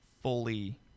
fully